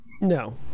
No